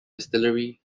distillery